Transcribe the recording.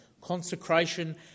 consecration